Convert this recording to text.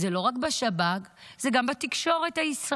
זה לא רק בשב"כ, זה גם בתקשורת הישראלית.